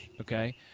Okay